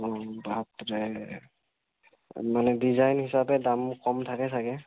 বাপৰে মানে ডিজাইন হিচাপে দাম কম থাকে চাগে